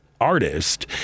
artist